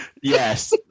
Yes